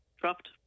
Dropped